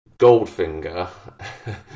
Goldfinger